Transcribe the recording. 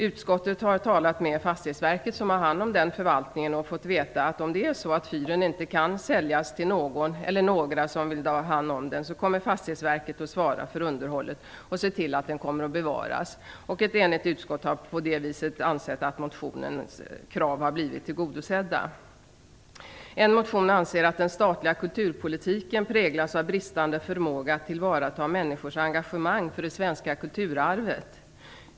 Utskottet har talat med Fastighetsverket, som har hand om den förvaltningen, och fått veta att om det är så att fyren inte kan säljas till någon eller några som vill ta hand om den kommer Fastighetsverket att svara för underhållet och se till att den bevaras. Ett enigt utskott har därmed ansett att motionens krav har blivit tillgodosedda. I en motion anses att den statliga kulturpolitiken präglas av bristande förmåga att tillvarata människors engagemang för det svenska kulturarvet.